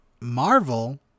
Marvel